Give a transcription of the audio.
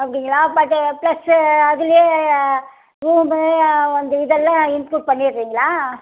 அப்படிங்களா பட்டு பிளஸ்ஸு அதிலேயே ரூமு ஆ வந்து இதெல்லாம் இன்க்ளுட் பண்ணிடுறிங்களா